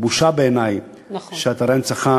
בעיני זו הייתה בושה שהרשויות המקומיות